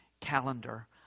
calendar